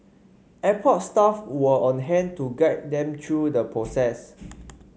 airport staff were on hand to guide them through the process